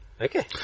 Okay